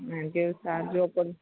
എനിക്ക് salary offer